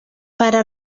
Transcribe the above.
para